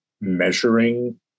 measuring